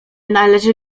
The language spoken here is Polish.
należy